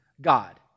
God